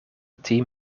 team